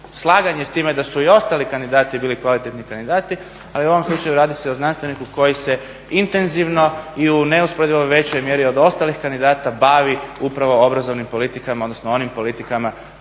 slaganje s time da su i ostali kandidati bili kvalitetni kandidati ali u ovom slučaju radi se o znanstveniku koji se intenzivno i u neusporedivo većoj mjeri od ostalih kandidata bavi upravo obrazovnim politikama odnosno onim politikama